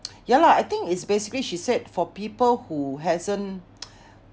ya lah I think it's basically she said for people who hasn't